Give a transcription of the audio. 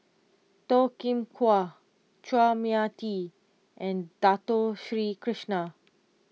Toh Kim Hwa Chua Mia Tee and Dato Sri Krishna